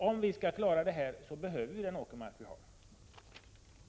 Om vi skall klara detta, behövs den åkermark vi har i dag.